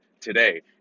today